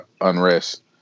unrest